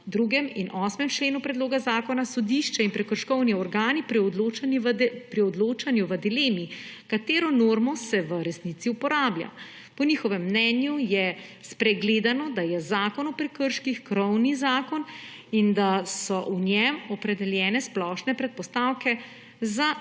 v 2. in 8. členu predloga zakona, sodišče in prekrškovni organi pri odločanju v dilemi, katero norma se v resnici uporablja. Po njihovem mnenju je spregledano, da je Zakon o prekrških krovni zakon in da so v njem opredeljene splošne predpostavke za